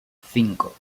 cinco